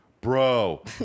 bro